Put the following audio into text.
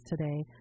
today